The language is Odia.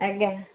ଆଜ୍ଞା